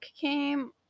came